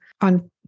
on